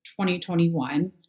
2021